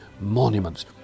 monuments